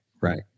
Right